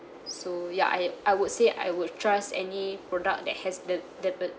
so yeah I I would say I would trust any product that has been